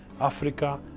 Africa